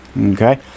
Okay